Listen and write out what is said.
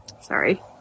Sorry